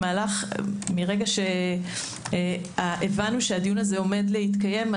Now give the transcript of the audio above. מרגע שהבנו שהדיון הזה עומד להתקיים,